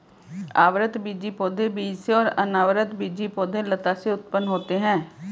आवृतबीजी पौधे बीज से और अनावृतबीजी पौधे लता से उत्पन्न होते है